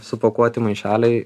supakuoti maišeliai